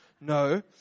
No